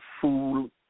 fool